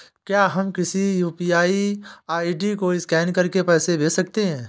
क्या हम किसी यू.पी.आई आई.डी को स्कैन करके पैसे भेज सकते हैं?